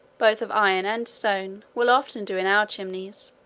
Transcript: both of iron and stone, will often do in our chimneys.